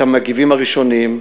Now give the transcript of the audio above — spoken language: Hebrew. את המגיבים הראשונים,